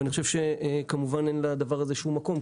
אני חושב שכמובן אין לדבר הזה שום מקום.